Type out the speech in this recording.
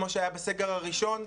כמו שהיה בסגר הראשון,